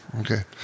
okay